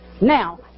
Now